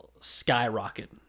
skyrocket